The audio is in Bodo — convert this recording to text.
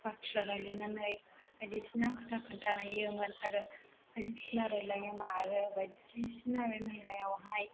बाथ्रा रायलायनानै बायदिसिना खोथा खिन्थायोमोन आरो बायदिसिना रायलायो आरो बायदिसिना बे मेलायावहाय